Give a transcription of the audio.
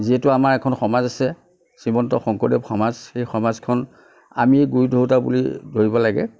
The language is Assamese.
যিহেতু আমাৰ এখন সমাজ আছে শ্ৰীমন্ত শংকৰদেৱ সমাজ সেই সমাজখন আমিয়ে গুৰি ধৰোতাঁ বুলি ধৰিব লাগে